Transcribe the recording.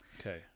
Okay